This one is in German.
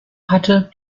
hatte